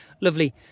lovely